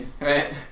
right